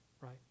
right